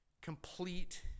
complete